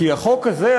כי החוק הזה,